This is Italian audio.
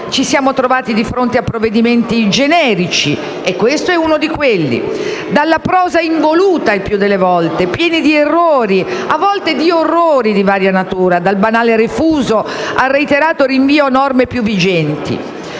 ci siamo trovati di fronte a provvedimenti generici - e questo decreto-legge è uno di quelli - dalla prosa il più delle volte involuta, pieni di errori e a volte di orrori di varia natura, dal banale refuso al reiterato rinvio a norme non più vigenti,